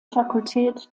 fakultät